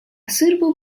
suitable